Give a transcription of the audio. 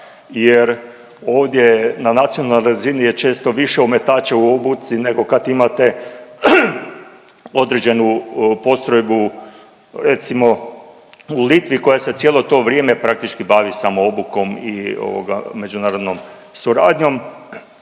jer ovdje na nacionalnoj razini je često više ometača u obuci nego kad imate određenu postrojbu, recimo u Litvi koja se cijelo to vrijeme praktički bavi samo obukom i ovoga međunarodnom suradnjom.